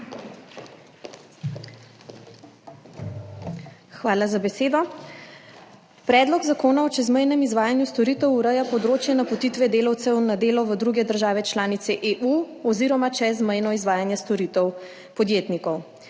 Hvala za besedo. Predlog zakona o čezmejnem izvajanju storitev ureja področje napotitve delavcev na delo v druge države članice EU oziroma čezmejno izvajanje storitev podjetnikov.